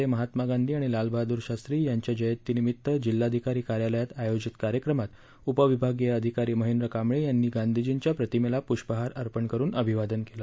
बीडमधे महात्मा गांधी आणि लालबहादूर शास्त्री यांच्या जयंतीनिमित्त जिल्हाधिकारी कार्यालयात आयोजित कार्यक्रमात उपविभागीय अधिकारी महेंद्र कांबळे यांनी गांधीजींच्या प्रतिमेला पुष्पहार अर्पण करुन अभिवादन केलं